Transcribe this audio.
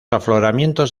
afloramientos